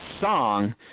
song